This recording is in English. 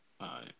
right